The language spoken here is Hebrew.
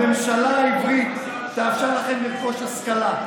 הממשלה העברית תאפשר לכם לרכוש השכלה.